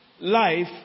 life